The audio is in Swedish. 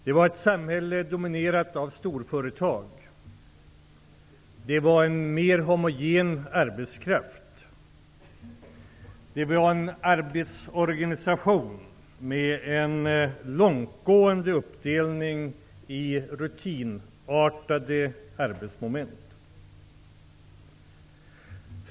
Det var ett samhälle dominerat av storföretag. Det var en mer homogen arbetskraft. Det var en arbetsorganisation med en långtgående uppdelning i rutinartade arbetsmoment.